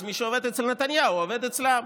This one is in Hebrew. אז מי שעובד אצל נתניהו עובד אצלן.